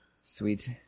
Sweet